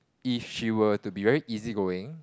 if she were to be very easy going